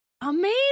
Amazing